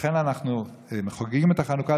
לכן אנחנו חוגגים את החנוכה,